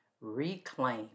reclaim